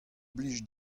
blij